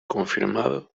confirmado